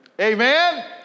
Amen